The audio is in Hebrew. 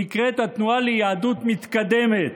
נקראת "התנועה ליהדות מתקדמת",